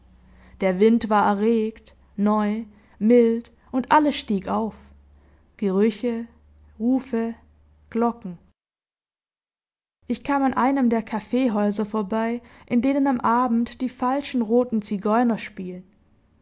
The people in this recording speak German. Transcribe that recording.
der wind war erregt neu mild und alles stieg auf gerüche rufe glocken ich kam an einem der cafhäuser vorbei in denen am abend die falschen roten zigeuner spielen